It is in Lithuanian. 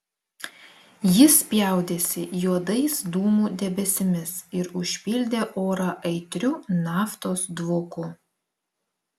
jis spjaudėsi juodais dūmų debesimis ir užpildė orą aitriu naftos dvoku